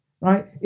Right